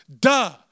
Duh